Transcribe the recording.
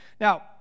Now